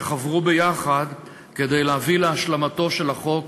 שחברו יחד כדי להביא להשלמתו של החוק